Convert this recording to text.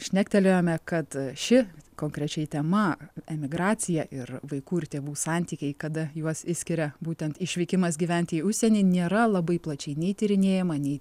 šnektelėjome kad ši konkrečiai tema emigracija ir vaikų ir tėvų santykiai kada juos išskiria būtent išvykimas gyventi į užsienį nėra labai plačiai nei tyrinėjama nei